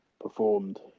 performed